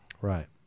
Right